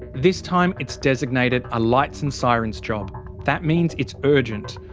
this time it's designated a lights and sirens job that means it's urgent.